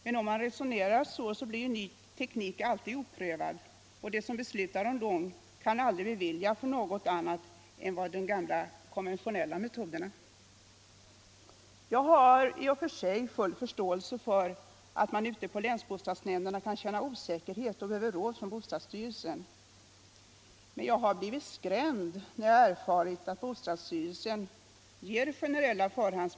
Men om man resonerar så blir ny teknik alltid oprövad och de som beslutar om lån kan aldrig bevilja pengar till något annat än de gamla konventionella metoderna. Jag har i och för sig full förståelse för att man ute på länsbostadsnämnderna kan känna osäkerhet och behöver råd från bostadsstyrelsen, men jag har blivit skrämd när jag erfarit att bostadsstyrelsen ger generella besked.